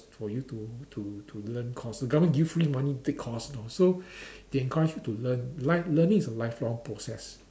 for you to to to learn course the government give you free money take course now so they encourage you to learn li~ learning is a lifelong process